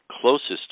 closest